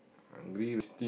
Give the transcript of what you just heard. hungry lah